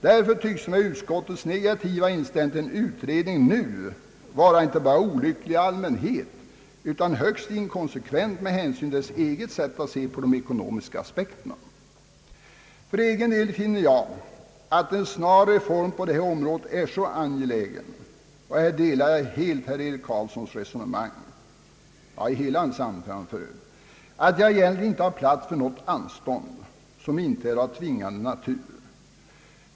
Därför tycks mig utskottets negativa inställning till en utredning nu vara inte bara olycklig i allmänhet utan högst inkonsekvent med hänsyn till dess eget sätt att se på de ekonomiska aspekterna. För egen del finner jag att en snar reform på detta område är så angelägen — här delar jag helt herr Eric Carlssons resonemang — att jag egentligen inte har plats för något anstånd, som inte är av tvingande natur.